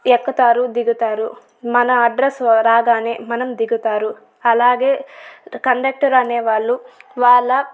ఎక్కతారు దిగుతారు మన అడ్రస్ రాగానే మనం దిగుతారు అలాగే కండక్టర్ అనేవాళ్ళు వాళ్ళ